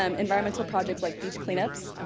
um environmental projects like beach cleanups,